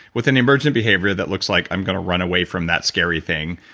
with an emergent behavior that looks like, i'm gonna run away from that scary thing,